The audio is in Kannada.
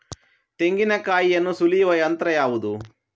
ತೆಂಗಿನಕಾಯಿಯನ್ನು ಸುಲಿಯುವ ಯಂತ್ರ ಯಾವುದು?